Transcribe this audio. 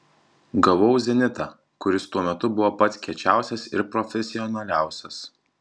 gavau zenitą kuris tuo metu buvo pats kiečiausias ir profesionaliausias